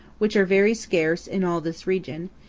which are very scarce in all this region,